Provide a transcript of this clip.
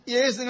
Yes